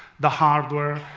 the hardware,